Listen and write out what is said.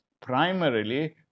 primarily